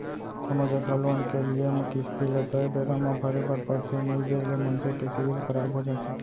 कोनो जघा लोन के लेए म किस्ती ल तय बेरा म भरे बर परथे नइ देय ले मनसे के सिविल खराब हो जाथे